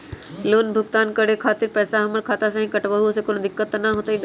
Loan भुगतान करे के खातिर पैसा हमर खाता में से ही काटबहु त ओसे कौनो दिक्कत त न होई न?